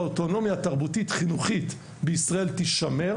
האוטונומיה התרבותית-חינוכית בישראל תישמר